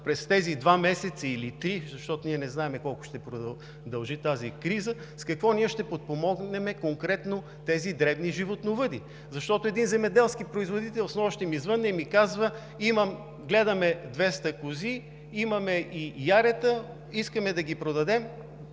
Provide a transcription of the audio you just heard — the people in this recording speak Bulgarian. през тези два или три месеца, защото ние не знаем колко ще продължи тази криза, с какво ние ще подпомогнем конкретно тези дребни животновъди? Защото един земеделски производител снощи ми звъни и ми казва: „Гледаме 200 кози, имаме и ярета, искаме да ги продадем,